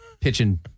Pitching